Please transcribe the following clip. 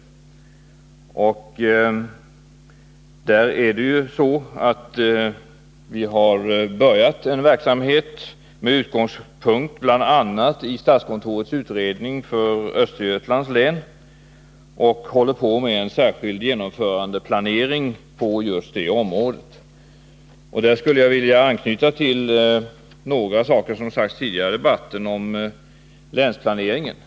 Vi har där börjat en verksamhet med utgångspunkt i bl.a. statskontorets utredning för Östergötlands län och håller på med en särskild genomförandeplanering på just det området. Där skulle jag vilja anknyta till några saker som sagts tidigare i debatten om länsplaneringen.